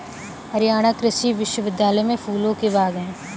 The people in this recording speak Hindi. हरियाणा कृषि विश्वविद्यालय में फूलों के बाग हैं